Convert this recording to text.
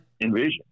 envision